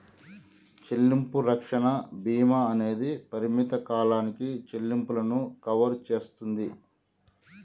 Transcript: సెల్లింపు రక్షణ భీమా అనేది పరిమిత కాలానికి సెల్లింపులను కవర్ సేస్తుంది